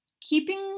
Keeping